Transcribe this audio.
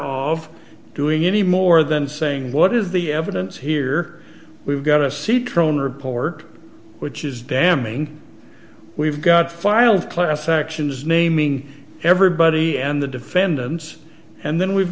of doing any more than saying what is the evidence here we've got a secret one report which is damning we've got filed class actions naming everybody and the defendants and then we've